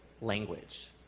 language